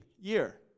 year